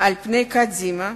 על פני קדימה,